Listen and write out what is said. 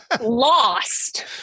lost